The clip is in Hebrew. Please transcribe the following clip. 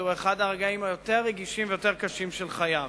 שזהו אחד הרגעים היותר רגישים והיותר קשים של חייו.